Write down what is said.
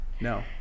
No